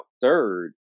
third